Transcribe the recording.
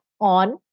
on